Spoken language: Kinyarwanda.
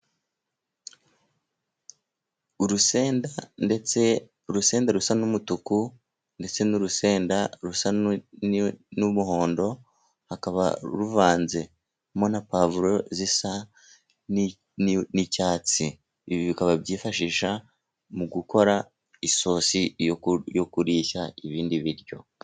Urusenda ndetse urusenda rusa n'umutuku, ndetse n'urusenda rusa n'umuhondo, hakaba ruvanzemo na pavuro zisa n'icyatsi. Ibi bikaba byifashishwa mu gukora isosi yo kurisha ibindi biryo.